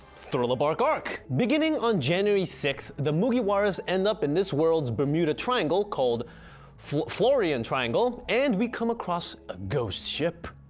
thriller bark arc beginning on january sixth. the mugiwaras end up in this world's bermuda triangle called florian triangle, and come across a ghost ship,